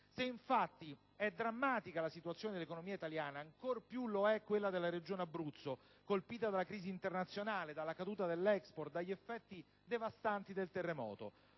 Infatti, se è drammatica la situazione dell'economia italiana, ancor più lo è quella della Regione Abruzzo, colpita dalla crisi internazionale, dalla caduta dell'*export* e dagli effetti devastanti del terremoto.